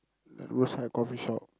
roadside coffee shop